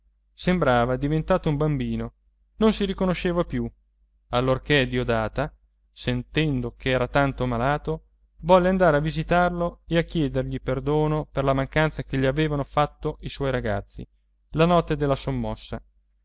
sembrava diventato un bambino non si riconosceva più allorchè diodata sentendo ch'era tanto malato volle andare a visitarlo e a chiedergli perdono per la mancanza che gli avevano fatto i suoi ragazzi la notte della sommossa